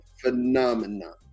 phenomenon